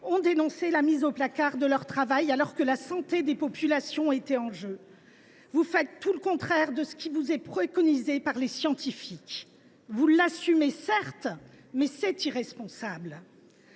ont dénoncé la « mise au placard » de leur travail, alors que la santé des populations est en jeu. Vous faites le contraire de ce qui est préconisé par les scientifiques. Certes, vous l’assumez, mais c’est irresponsable.